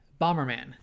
bomberman